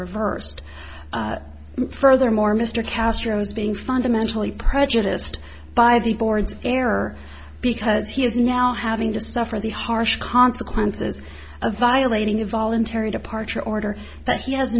reversed furthermore mr castro is being fundamentally prejudiced by the board's error because he is now having to suffer the harsh consequences of violating a voluntary departure order that he has